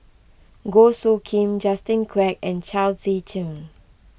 Goh Soo Khim Justin Quek and Chao Tzee Cheng